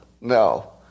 no